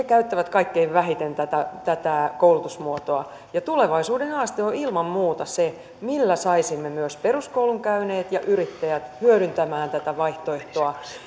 käyttävät kaikkein vähiten tätä tätä koulutusmuotoa tulevaisuuden haaste on ilman muuta se millä saisimme myös vain peruskoulun käyneet ja yrittäjät hyödyntämään tätä vaihtoehtoa